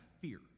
fear